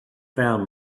found